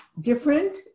different